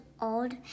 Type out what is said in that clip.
old